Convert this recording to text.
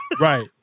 Right